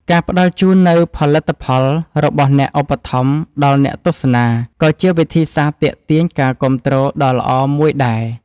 ការផ្ដល់ជូននូវផលិតផលរបស់អ្នកឧបត្ថម្ភដល់អ្នកទស្សនាក៏ជាវិធីសាស្ត្រទាក់ទាញការគាំទ្រដ៏ល្អមួយដែរ។